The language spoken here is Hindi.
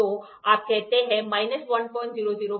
तो आप कहते हैं माइनस 1005